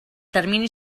termini